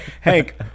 hank